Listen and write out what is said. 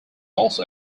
also